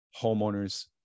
homeowners